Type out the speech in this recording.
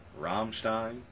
Rammstein